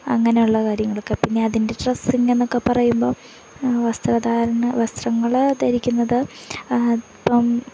അങ്ങനെയുള്ള കാര്യങ്ങളൊക്കെ പിന്നെ അതിൻ്റെ ഡ്രസ്സിങ്ങ് എന്നൊക്കെ പറയുമ്പോള് വസ്ത്രങ്ങള് ധരിക്കുന്നത് ഇപ്പം